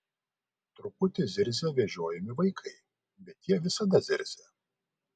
truputį zirzia vežiojami vaikai bet tie visada zirzia